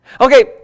Okay